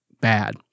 bad